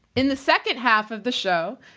in the second half of the show,